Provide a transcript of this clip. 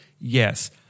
yes